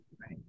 Right